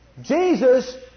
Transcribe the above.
Jesus